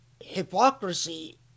hypocrisy